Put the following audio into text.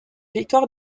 victoire